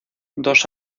dos